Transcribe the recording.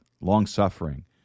long-suffering